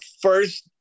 first